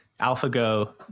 AlphaGo